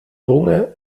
runge